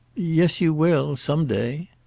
yes you will some day.